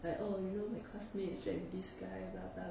like oh you know my classmates shag with this guy blah blah blah